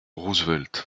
roosevelt